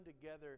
together